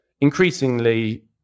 increasingly